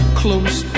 close